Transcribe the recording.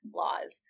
laws